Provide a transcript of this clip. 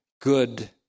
good